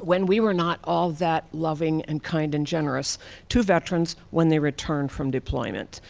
when we were not all that loving and kind and generous to veterans when they returned from deployment.